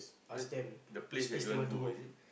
that the place that you want to go is it